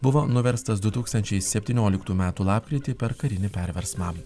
buvo nuverstas du tūkstančiai septynioliktų metų lapkritį per karinį perversmą